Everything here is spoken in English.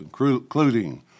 including